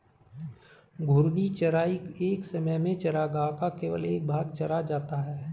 घूर्णी चराई एक समय में चरागाह का केवल एक भाग चरा जाता है